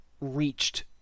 reached